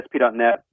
ASP.NET